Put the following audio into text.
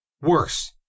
Worse